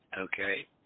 Okay